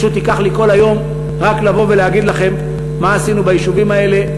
פשוט ייקח לי כל היום רק לבוא ולהגיד לכם מה עשינו ביישובים האלה.